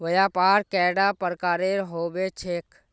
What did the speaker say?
व्यापार कैडा प्रकारेर होबे चेक?